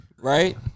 Right